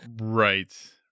Right